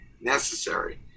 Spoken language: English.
necessary